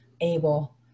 able